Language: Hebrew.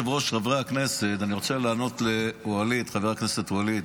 חברי הכנסת, אני רוצה לענות לחבר הכנסת ואליד.